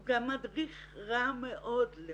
הוא גם מדריך רע מאוד למדיניות.